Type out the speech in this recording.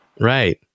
right